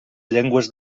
llengües